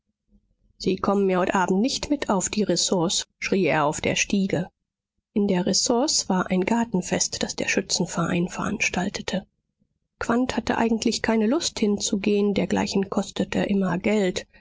sie kommen mir heut abend nicht mit auf die ressource schrie er auf der stiege in der ressource war ein gartenfest das der schützenverein veranstaltete quandt hatte eigentlich keine lust hinzugehen dergleichen kostete immer geld